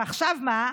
ועכשיו מה?